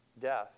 death